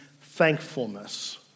thankfulness